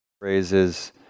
Phrases